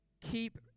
Keep